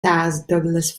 douglas